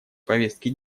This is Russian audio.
повестки